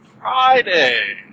Friday